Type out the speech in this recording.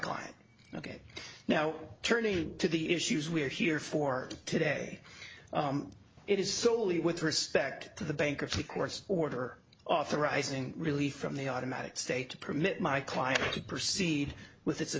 client ok now turning to the issues we are here for today it is solely with respect to the bankruptcy courts order authorizing relief from the automatic state to permit my client to proceed with it's a